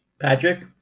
Patrick